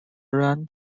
run